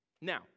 Now